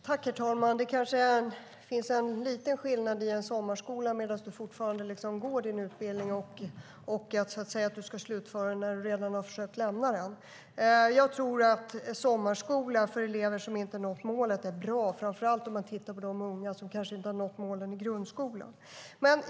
Herr talman! Det kanske är lite skillnad mellan en sommarskola medan man fortfarande går sin utbildning och att slutföra någonting som man redan har försökt lämna. Jag tror att sommarskola för elever som inte har nått målet är bra, framför allt för de unga som inte har nått målen i grundskolan.